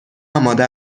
آماده